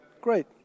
Great